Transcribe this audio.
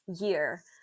year